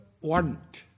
want